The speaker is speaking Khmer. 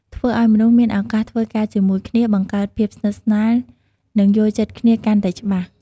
ធ្វើឲ្យមនុស្សមានឱកាសធ្វើការជាមួយគ្នា បង្កើតភាពស្និទ្ធស្នាល និងយល់ចិត្តគ្នាកាន់តែច្បាស់។